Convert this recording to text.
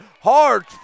hard